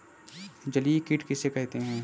जलीय कीट किसे कहते हैं?